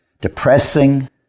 depressing